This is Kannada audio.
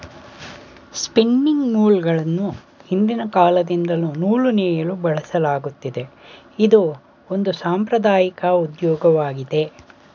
ಸ್ಪಿನಿಂಗ್ ಮೂಲ್ಗಳನ್ನು ಹಿಂದಿನ ಕಾಲದಿಂದಲ್ಲೂ ನೂಲು ನೇಯಲು ಬಳಸಲಾಗತ್ತಿದೆ, ಇದು ಒಂದು ಸಾಂಪ್ರದಾಐಕ ಉದ್ಯೋಗವಾಗಿದೆ